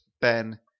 Ben